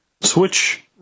Switch